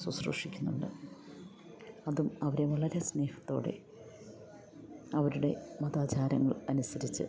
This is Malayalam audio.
ശുശ്രൂഷിക്കുന്നുണ്ട് അതും അവരെ വളരെ സ്നേഹത്തോടെ അവരുടെ മതാചാരങ്ങൾ അനുസരിച്ച്